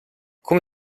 come